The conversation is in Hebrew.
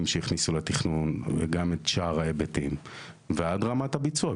שהכניסו לתכנון וגם את שאר ההיבטים ועד רמת הביצוע.